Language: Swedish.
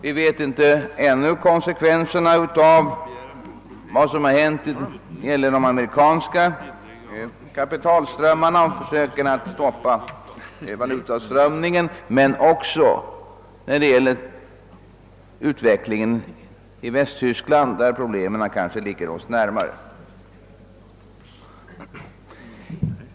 Vi vet ännu inte konsekvenserna av försöken att stoppa det amerikanska valutautflödet och inte heller av utvecklingen i Västtyskland, där problemen kanske ligger oss närmare.